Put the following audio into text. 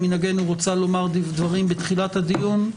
כמנהגנו רוצה לומר דברים בתחילת הדיון,